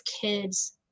kids